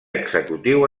executiu